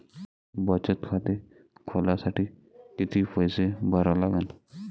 बचत खाते खोलासाठी किती पैसे भरा लागन?